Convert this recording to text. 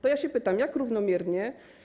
To ja pytam: Jak równomiernie?